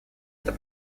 это